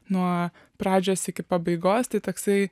nuo pradžios iki pabaigos tai toksai